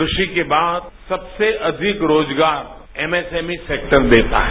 क्राषि के बाद सबसे अधिक रोजगार एमएसएमई सेक्टर देता है